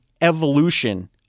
evolution